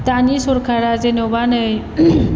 दानि सरखारा जेन'बा नै